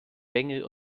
bengel